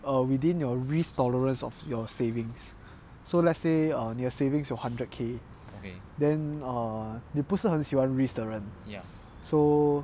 err within your risk tolerance of your savings so let's say err 你的 savings 有 hundred k then err 你不是很喜欢 risk 的人 so